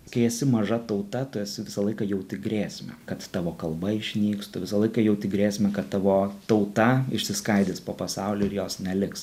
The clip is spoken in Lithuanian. kai esi maža tauta tu esi visą laiką jauti grėsmę kad tavo kalba išnyks tu visą laiką jauti grėsmę kad tavo tauta išsiskaidys po pasaulį ir jos neliks